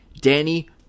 Danny